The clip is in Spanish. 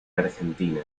argentina